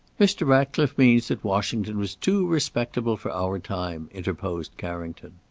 mr. ratcliffe means that washington was too respectable for our time, interposed carrington.